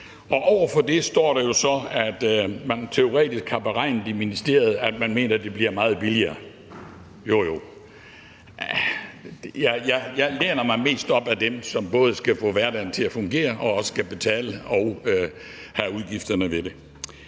og over for det står der jo så, at man i ministeriet teoretisk har beregnet det, og man mener, at det bliver meget billigere. Jo, jo, jeg læner mig mest op ad dem, som både skal få hverdagen til at fungere og også skal betale og have udgifterne ved det.